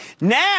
Now